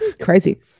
crazy